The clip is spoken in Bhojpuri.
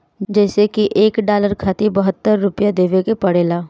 जइसे की एक डालर खातिर बहत्तर रूपया देवे के पड़ेला